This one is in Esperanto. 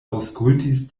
aŭskultis